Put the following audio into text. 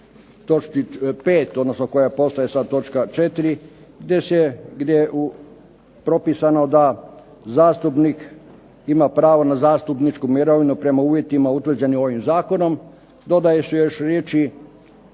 točci 5. koja postaje sad točka 4. gdje je propisano da zastupnik ima pravo na zastupničku mirovinu prema uvjetima utvrđenim ovim zakonom, dodaju se još riječi: